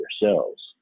yourselves